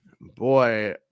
Boy